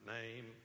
name